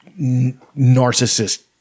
narcissist